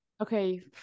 okay